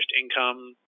income